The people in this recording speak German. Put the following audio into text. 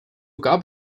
gab